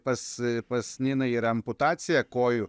pas pas niną yra amputacija kojų